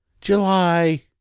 July